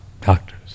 doctors